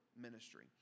ministry